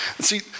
See